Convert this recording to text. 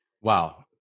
Wow